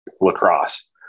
lacrosse